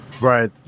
Right